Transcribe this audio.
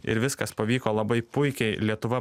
ir viskas pavyko labai puikiai lietuva